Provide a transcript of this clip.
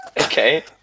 Okay